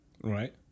right